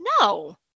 No